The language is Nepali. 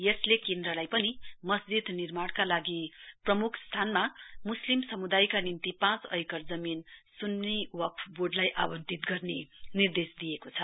यसले केन्द्रलाई पनि मस्जिद निर्माणका लागि प्रमुख स्थानमा मुस्लिम समुदायका निम्ति पाँच ऐकर जमीन सुन्नी वक्फ बोर्डलाई आंवन्तित गर्ने निर्देश दिएको छ